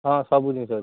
ହଁ ସବୁ ଜିନିଷ ଅଛି